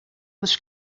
was